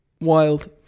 wild